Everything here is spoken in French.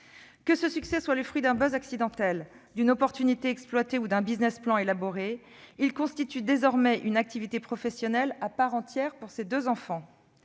Que ce succès soit le fruit d'un accidentel, d'une opportunité exploitée ou d'un élaboré, la diffusion de vidéos constitue désormais une activité professionnelle à part entière pour ces deux enfants.